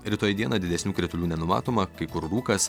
rytoj dieną didesnių kritulių nenumatoma kai kur rūkas